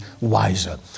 wiser